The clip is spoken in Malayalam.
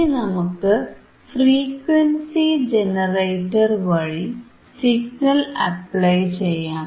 ഇനി നമുക്ക് ഫ്രീക്വൻസി ജനറേറ്റർ വഴി സിഗ്നൽ അപ്ലൈ ചെയ്യാം